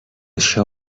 això